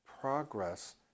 progress